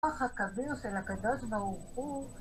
חכמיו של הקדוש ברוך הוא